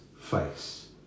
face